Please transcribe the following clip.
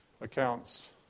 accounts